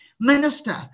Minister